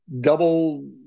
double